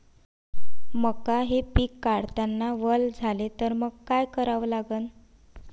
मका हे पिक काढतांना वल झाले तर मंग काय करावं लागन?